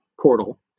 portal